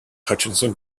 hutchison